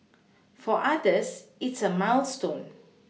for others it's a milestone